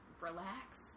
relax